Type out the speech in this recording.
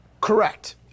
Correct